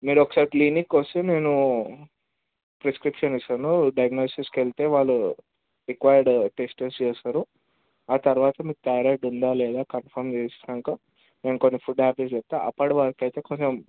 మీరు ఒకసారి క్లినిక్కి వస్తే నేను ప్రిస్క్రిప్షన్ ఇస్తాను డయాగ్నోస్టిక్స్కి వెళితే వాళ్ళు రిక్వైర్డ్ టెస్ట్స్ చేస్తారు ఆ తరువాత మీకు థైరాయిడ్ ఉందా లేదా కన్ఫామ్ చేసినాక నేను కొన్ని ఫుడ్ హ్యాబిట్స్ చెప్తాను అప్పుడు వరకి అయితే కొంచెం